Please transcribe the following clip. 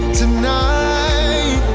tonight